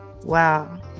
Wow